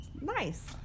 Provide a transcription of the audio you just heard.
nice